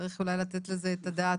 צריך אולי לתת על זה את הדעת,